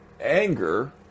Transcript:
Anger